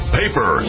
paper